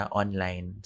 online